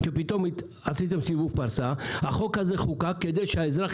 כי פתאום עשיתם סיבוב פרסה החוק הזה חוקק כדי שהאזרח